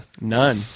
None